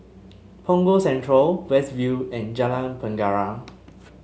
Punggol Central West View and Jalan Penjara